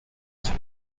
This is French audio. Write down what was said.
suis